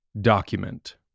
document